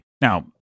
now